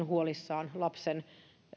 huolissaan lapsen